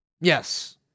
Yes